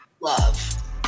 love